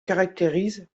caractérise